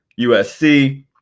USC